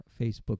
facebook